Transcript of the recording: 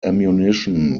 ammunition